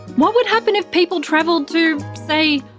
what would happen if people travelled to say,